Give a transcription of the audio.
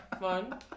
Fun